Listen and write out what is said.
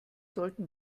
sollten